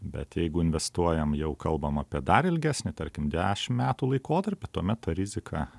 bet jeigu investuojam jau kalbam apie dar ilgesnį tarkim dešim metų laikotarpį tuomet ta rizika